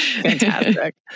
Fantastic